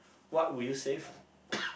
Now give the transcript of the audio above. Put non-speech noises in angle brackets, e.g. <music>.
what would you save <coughs>